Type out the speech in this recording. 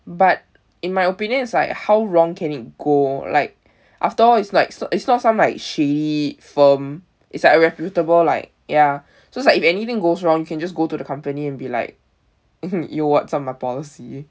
but in my opinion it's like how wrong can it go like after all it's like so it's not some like some shady firm it's like a reputable like ya so it's like if anything goes wrong you can just go to the company and be like yo what's up with my policy